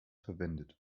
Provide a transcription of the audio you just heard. verwendet